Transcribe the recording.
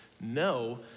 no